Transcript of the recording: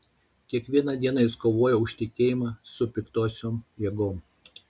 kiekvieną dieną jis kovojo už tikėjimą su piktosiom jėgom